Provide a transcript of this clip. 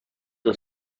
the